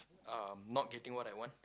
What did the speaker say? uh not getting what I want